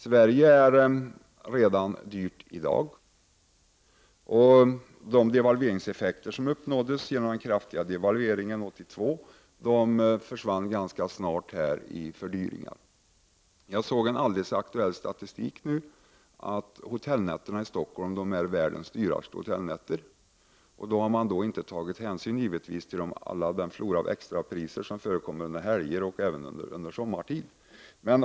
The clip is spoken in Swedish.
Sverige är redan i dag ett dyrt land, och de devalveringseffekter som uppnåddes genom den kraftiga devalveringen 1982 försvann ganska snart genom fördyrningar. Jag såg nyligen alldeles aktuell statistik som visade att hotellnätterna i Stockholm är dyrast i världen. Vid denna beräkning har man givetvis inte tagit hänsyn till hela den flora av extrapriser som förekommer under helger och även under sommartid.